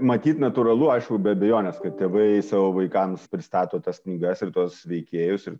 matyt natūralu aišku be abejonės kad tėvai savo vaikams pristato tas knygas ir tuos veikėjus ir